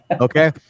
Okay